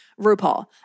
RuPaul